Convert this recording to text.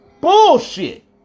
Bullshit